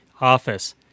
office